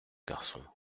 garçon